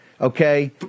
Okay